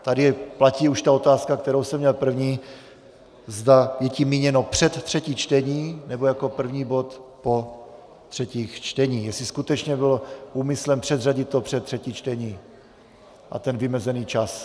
Tady platí už ta otázka, kterou jsem měl předtím, zda je tím míněno před třetí čtení, nebo jako první bod po třetích čteních, jestli skutečně bylo úmyslem předřadit to před třetí čtení a ten vymezený čas...